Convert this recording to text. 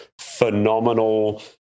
phenomenal